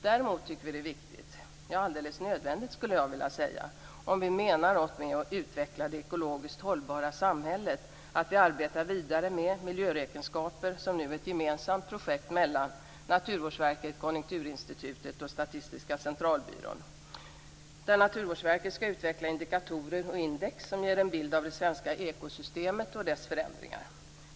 Däremot tycker vi att det är viktigt - ja, alldeles nödvändigt, skulle jag vilja säga, om vi menar något med att utveckla det ekologiskt hållbara samhället - att vi arbetar vidare med miljöräkenskaper. Det är nu ett gemensamt projekt mellan Naturvårdsverket, Naturvårdsverket skall utveckla indikatorer och index som ger en bild av det svenska ekosystemet och dess förändringar.